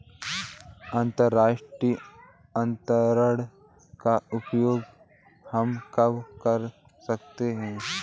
अंतर्राष्ट्रीय अंतरण का प्रयोग हम कब कर सकते हैं?